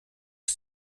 ist